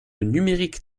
numérique